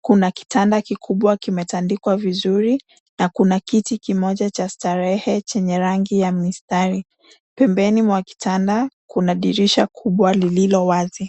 Kuna kitanda kikubwa kimetandikwa vizuri na kuna kiti kimoja cha starehe chenye rangi ya mistari. Pembeni mwa kitanda kunadirisha moja lililo wazi.